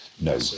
no